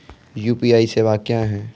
UPI सेवा क्या हैं?